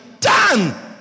done